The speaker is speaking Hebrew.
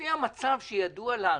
לפי המצב שידוע לנו,